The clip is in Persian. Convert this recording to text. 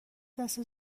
دست